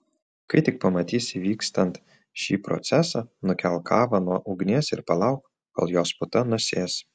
kai tik pamatysi vykstant šį procesą nukelk kavą nuo ugnies ir palauk kol jos puta nusės